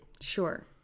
Sure